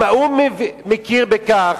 אם האו"ם מכיר בכך,